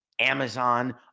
Amazon